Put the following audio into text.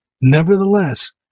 Nevertheless